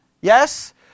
Yes